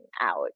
out